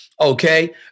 okay